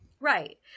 right